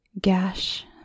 gash